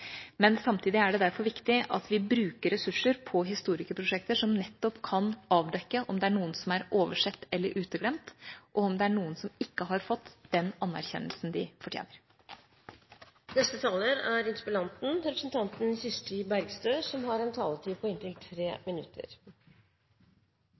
Samtidig er det derfor viktig at vi bruker ressurser på historieprosjekter som kan avdekke om det er noen som er oversett eller uteglemt, og om det er noen som ikke har fått den anerkjennelsen de fortjener. Jeg synes det er